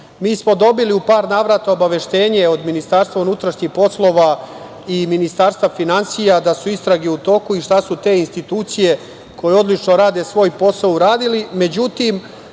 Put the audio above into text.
Mi smo dobili u par navrata obaveštenje od MUP i Ministarstva finansija da su istrage u toku i šta su te institucije, koje odlično rade svoj posao uradili,